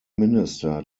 minister